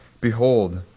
Behold